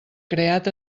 creat